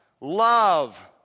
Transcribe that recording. love